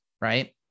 right